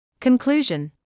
Conclusion